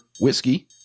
whiskey